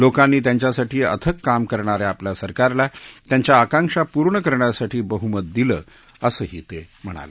लोकांनी त्यांच्यासाठी अथक काम करणाऱ्या आपल्या सरकारला त्यांच्या आकांक्षा पूर्ण करण्यासाठी बहूमत दिलं आहे असंही ते म्हणाले